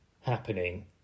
happening